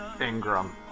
Ingram